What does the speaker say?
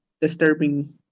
disturbing